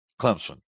Clemson